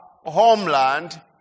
homeland